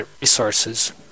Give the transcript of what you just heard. resources